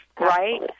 right